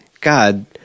god